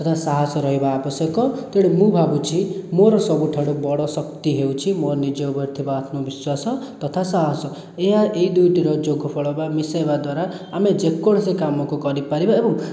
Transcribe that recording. ତଥା ସାହସ ରହିବା ଆବଶ୍ୟକ ତେଣୁ ମୁଁ ଭାବୁଛି ମୋର ସବୁଠାରୁ ବଡ଼ ଶକ୍ତି ହେଉଛି ମୋ ନିଜ ଉପରେ ଥିବା ଆତ୍ମବିଶ୍ଵାସ ତଥା ସାହସ ଏହା ଏହି ଦୁଇଟିର ଯୋଗଫଳ ବା ମିଶାଇବା ଦ୍ୱାରା ଆମେ ଯେକୌଣସି କାମକୁ କରିପାରିବା ଏବଂ